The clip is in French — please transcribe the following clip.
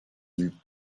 îles